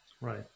Right